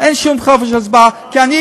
חופש הצבעה.